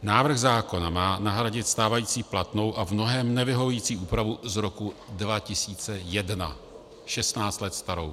Návrh zákona má nahradit stávající platnou a v mnohém nevyhovující úpravu z roku 2001, šestnáct let starou.